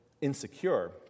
insecure